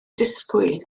disgwyl